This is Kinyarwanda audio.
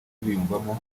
biyumvamo